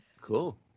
cool